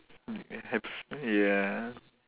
m~ have ya